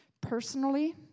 Personally